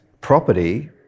property